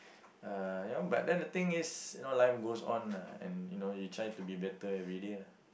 uh you know but then the thing is you know life goes on lah and you know you try to be better everyday lah